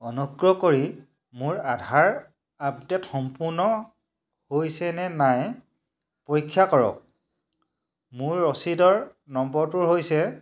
অনুগ্ৰহ কৰি মোৰ আধাৰ আপডে'ট সম্পূৰ্ণ হৈছে নে নাই পৰীক্ষা কৰক মোৰ ৰচিদৰ নম্বৰটো হৈছে